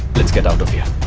get out of here